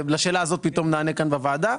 ונענה עליה פתאום כאן בוועדה.